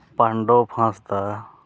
Pandob Hansda